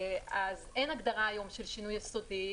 אז אין הגדרה היום של שינוי יסודי.